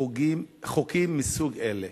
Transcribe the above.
חוקים מסוג אלה,